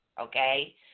okay